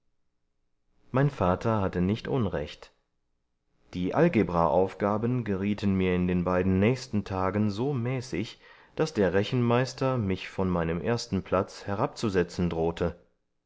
mein vater hatte nicht unrecht die algebraaufgaben gerieten mir in den beiden nächsten tagen so mäßig daß der rechenmeister mich von meinem ersten platz herabzusetzen drohte